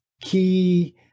key